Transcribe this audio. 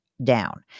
down